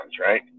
right